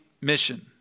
mission